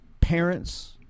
parents